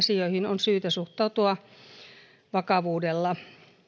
on syytä suhtautua vakavuudella